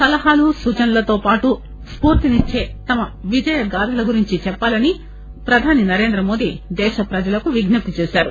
సలహాలు సూచనలతో పాటు స్ఫూర్తినిచ్చే తమ విజయగాథల గురించి చెప్పాలని ప్రధాని నరేంద్రమోదీ దేశ ప్రజలకు విజ్ఞప్తి చేశారు